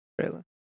Trailer